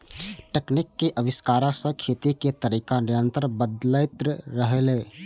तकनीक के आविष्कार सं खेती के तरीका निरंतर बदलैत रहलैए